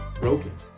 broken